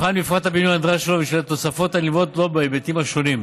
נבחן מפרט הבינוי הנדרש שלו ושל התוספות הנלוות לו בהיבטים שונים,